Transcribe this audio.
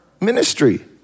ministry